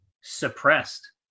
suppressed